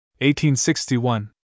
1861